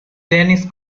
dennis